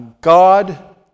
God